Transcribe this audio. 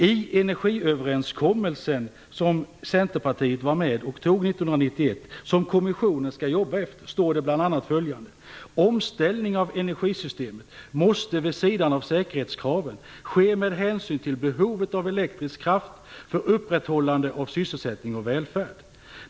I energiöverenskommelsen, som Centerpartiet var med och fattade beslut om 1991 och som kommissionen skall jobba efter, står det bl.a. följande: Omställning av energisystemet måste, vid sidan av säkerhetskraven, ske med hänsyn till behovet av elektrisk kraft för upprätthållande av sysselsättning och välfärd.